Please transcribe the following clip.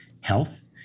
health